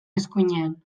eskuinean